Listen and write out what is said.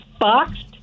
boxed